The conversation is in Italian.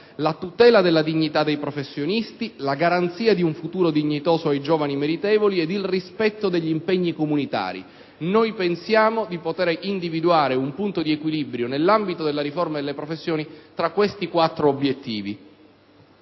la tutela della dignità dei professionisti, la garanzia di un futuro dignitoso ai giovani meritevoli ed il rispetto degli impegni comunitari. Pensiamo di poter individuare un punto di equilibrio nell'ambito della riforma delle professioni tra questi quattro obiettivi.